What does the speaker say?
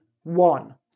one